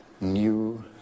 new